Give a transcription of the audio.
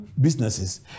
businesses